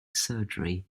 surgery